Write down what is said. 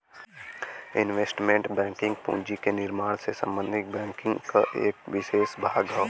investment banking पूंजी के निर्माण से संबंधित बैंकिंग क एक विसेष भाग हौ